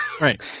Right